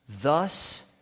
thus